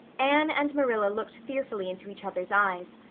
anne and marilla looked fearfully into each other's eyes.